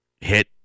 hit